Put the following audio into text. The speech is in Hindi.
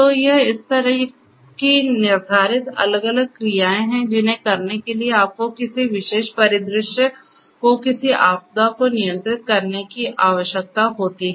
तो यह इस तरह की निर्धारित अलग अलग क्रियाएं हैं जिन्हें करने के लिए आपको किसी विशेष परिदृश्य को किसी आपदा को नियंत्रित करने की आवश्यकता होती है